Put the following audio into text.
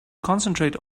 concentrate